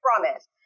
promise